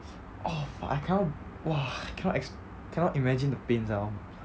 oh I cannot !wah! I cannot ex~ cannot imagine the pain sia oh my god